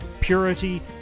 purity